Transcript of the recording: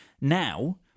now